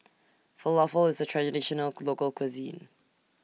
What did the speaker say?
Falafel IS A Traditional Local Cuisine